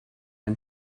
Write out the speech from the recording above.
and